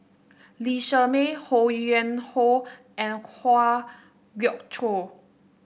Lee Shermay Ho Yuen Hoe and Kwa Geok Choo